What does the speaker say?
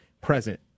present